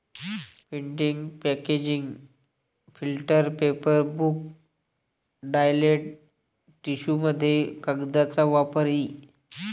printing packaging filter paper book toilet टिश्यूमध्ये कागदाचा वापर इ